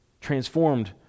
Transformed